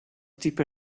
type